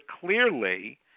clearly